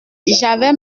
j’avais